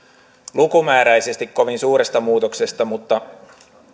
lukumääräisesti kovin suuresta muutoksesta mutta